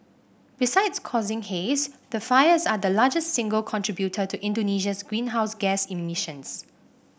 besides causing haze the fires are the largest single contributor to Indonesia's greenhouse gas emissions